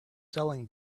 selling